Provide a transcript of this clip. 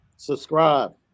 subscribe